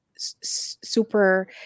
super